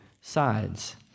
sides